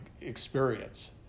experience